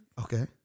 Okay